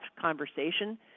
conversation